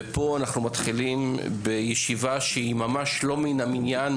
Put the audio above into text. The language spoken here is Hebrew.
פה אנחנו מתחילים בישיבה שהיא ממש לא מן המניין,